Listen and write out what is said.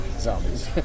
Zombies